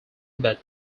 but